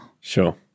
Sure